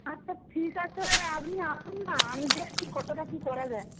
আচ্ছা ঠিক আছে আপনি আসুন না আমি দেখছি কতটা কী করা যায়